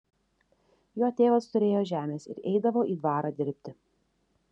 jo tėvas turėjo žemės ir eidavo į dvarą dirbti